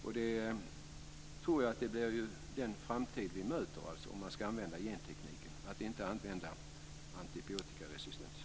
Jag tror att om vi ska använda gentekniken i framtiden kommer vi inte att använda antibiotikaresistenta utsättningar.